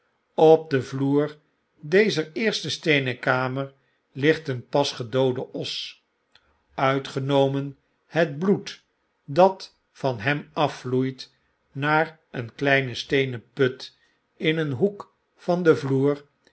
op den vloer dezer eerste steenen kamer ligt een pas gedoode os uitgenomen hetbloeddat van hem afvloeit naar een kleine steenen put in een hoek van den vloer